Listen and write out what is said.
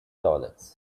toilets